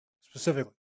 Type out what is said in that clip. Specifically